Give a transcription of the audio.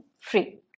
free